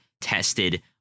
tested